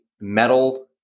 metal